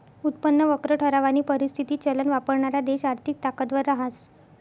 उत्पन्न वक्र ठरावानी परिस्थिती चलन वापरणारा देश आर्थिक ताकदवर रहास